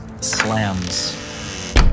slams